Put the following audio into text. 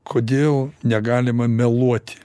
kodėl negalima meluoti